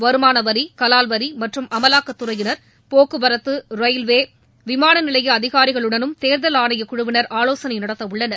வருமானவரி கலால்வரி மற்றும் அமலாக்கத்துறையினர் போக்குவரத்து ரயில்வே விமான நிலைய அதிகாரிகளுடனும் தேர்தல் ஆணையக் குழுவினர் ஆலோசளை நடத்த உள்ளனர்